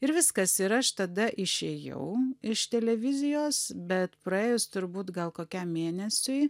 ir viskas ir aš tada išėjau iš televizijos bet praėjus turbūt gal kokiam mėnesiui